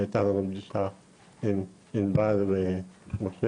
הייתה לנו פגישה עם ענבל ומשה,